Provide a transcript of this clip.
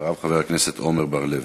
אחריו, חבר הכנסת עמר בר-לב.